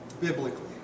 biblically